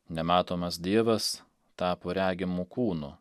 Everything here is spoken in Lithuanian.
nematomas dievas tapo regimu kūnu